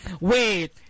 Wait